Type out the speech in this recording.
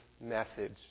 message